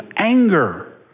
anger